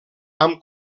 amb